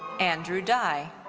andrew dai.